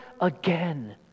again